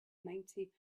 ninety